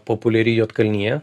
populiari juodkalnija